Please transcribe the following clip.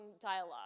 dialogue